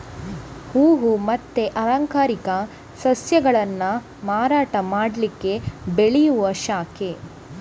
ಹೂವು ಮತ್ತೆ ಅಲಂಕಾರಿಕ ಸಸ್ಯಗಳನ್ನ ಮಾರಾಟ ಮಾಡ್ಲಿಕ್ಕೆ ಬೆಳೆಯುವ ಶಾಖೆ